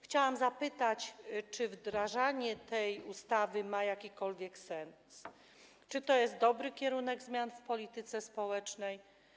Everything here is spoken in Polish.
Chciałabym zapytać, czy wdrażanie tej ustawy ma jakikolwiek sens i czy to jest dobry kierunek zmian w polityce społecznej.